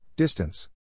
Distance